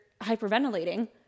hyperventilating